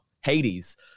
Hades